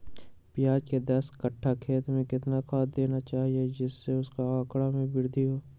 प्याज के दस कठ्ठा खेत में कितना खाद देना चाहिए जिससे उसके आंकड़ा में वृद्धि हो?